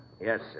Yes